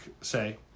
say